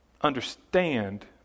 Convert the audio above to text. understand